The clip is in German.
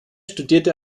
studierte